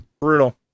Brutal